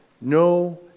no